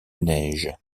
neige